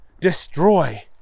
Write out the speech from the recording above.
destroy